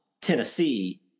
tennessee